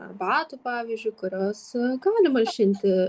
arbatų pavyzdžiui kurios gali malšinti